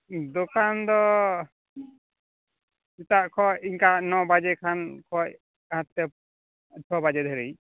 ᱫᱚᱠᱟᱱ ᱫᱚ ᱥᱮᱛᱟᱜ ᱠᱷᱚᱡ ᱤᱱᱠᱟ ᱱᱚ ᱵᱟᱡᱮ ᱜᱟᱱ ᱠᱷᱚᱡ ᱦᱟᱱᱛᱮ ᱪᱷᱚ ᱵᱟᱡᱮ ᱫᱷᱟᱹᱨᱤᱡ